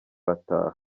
ataha